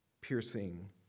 piercing